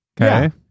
Okay